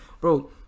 bro